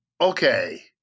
Okay